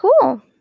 cool